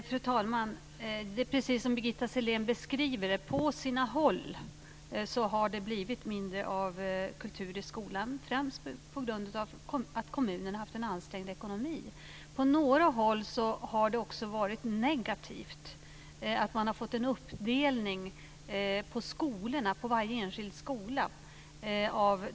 Fru talman! Det är precis som Birgitta Sellén beskriver det. På sina håll har det blivit mindre av kultur i skolan, främst på grund av att kommuner har haft en ansträngd ekonomi. På några håll har det också varit negativt att det har gjorts en uppdelning av de här pengarna på varje enskild skola.